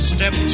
Step